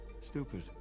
stupid